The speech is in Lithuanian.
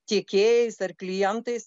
tiekėjais ar klientais